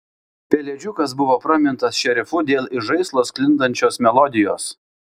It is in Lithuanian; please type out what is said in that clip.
pelėdžiukas buvo pramintas šerifu dėl iš žaislo sklindančios melodijos